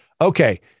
Okay